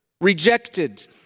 rejected